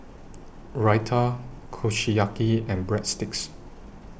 Raita Kushiyaki and Breadsticks